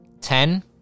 Ten